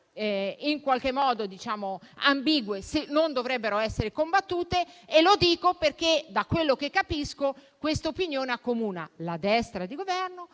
in qualche modo ambigue non dovrebbero essere combattute. Lo dico perché da quello che capisco questa opinione accomuna la destra di Governo